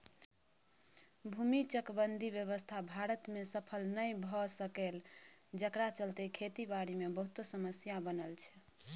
भूमि चकबंदी व्यवस्था भारत में सफल नइ भए सकलै जकरा चलते खेती बारी मे बहुते समस्या बनल छै